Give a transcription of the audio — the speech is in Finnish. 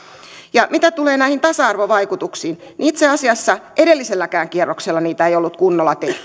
mitä tulee näihin tasa arvovaikutuksiin niin itse asiassa edelliselläkään kierroksella niitä ei ollut kunnolla